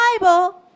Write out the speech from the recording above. Bible